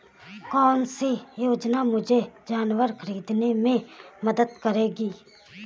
कौन सी योजना मुझे जानवर ख़रीदने में मदद करेगी?